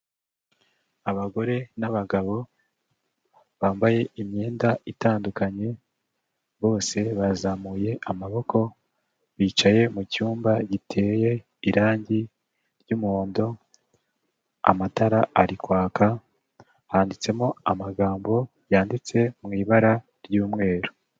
Abagore n'abagabo bambaye imyenda itandukanye, bose bazamuye amaboko, bicaye mu cyumba giteye irangi ry'umuhondo, amatara ari kwaka, handitsemo amagambo yanditse mu ibara ry'umweru.